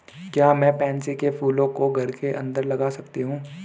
क्या मैं पैंसी कै फूलों को घर के अंदर लगा सकती हूं?